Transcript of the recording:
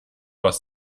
aus